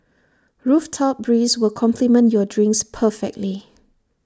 rooftop breeze will complement your drinks perfectly